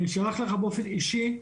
שלחתי לך באופן אישי.